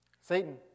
Satan